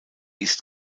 ist